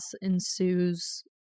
ensues